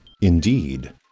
Indeed